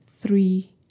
three